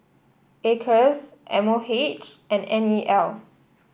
Acres M O H and N E L